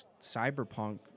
Cyberpunk